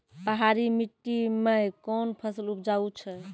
पहाड़ी मिट्टी मैं कौन फसल उपजाऊ छ?